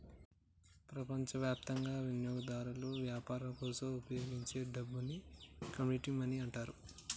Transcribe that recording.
ప్రపంచవ్యాప్తంగా వినియోగదారులు వ్యాపారం కోసం ఉపయోగించే డబ్బుని కమోడిటీ మనీ అంటారు